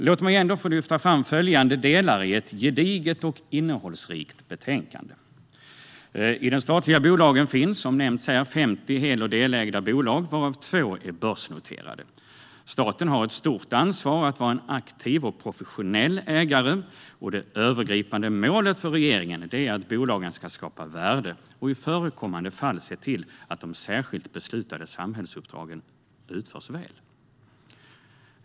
Låt mig ändå lyfta fram följande delar i ett gediget och innehållsrikt betänkande: I de statliga bolagen finns, som nämnts här, 50 hel och delägda bolag, varav 2 är börsnoterade. Staten har ett stort ansvar för att vara en aktiv och professionell ägare, och det övergripande målet för regeringen är att bolagen ska skapa värde och i förekommande fall se till att de särskilt beslutade samhällsuppdragen utförs väl.